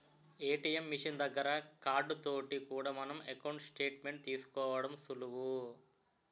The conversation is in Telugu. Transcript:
ఏ.టి.ఎం మిషన్ దగ్గర కార్డు తోటి కూడా మన ఎకౌంటు స్టేట్ మెంట్ తీసుకోవడం సులువు